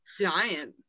giant